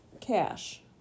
Cash